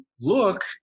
look